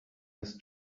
his